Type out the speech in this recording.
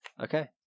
Okay